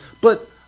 but-